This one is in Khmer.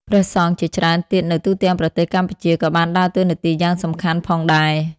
ព្រះសង្ឃជាច្រើនទៀតនៅទូទាំងប្រទេសកម្ពុជាក៏បានដើរតួនាទីយ៉ាងសំខាន់ផងដែរ។